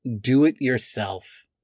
do-it-yourself